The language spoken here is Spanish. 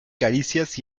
caricias